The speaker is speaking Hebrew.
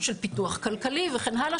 של פיתוח כלכלי וכן הלאה,